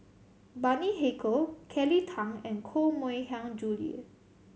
Bani Haykal Kelly Tang and Koh Mui Hiang Julie